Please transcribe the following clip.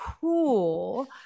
cool